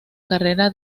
carrera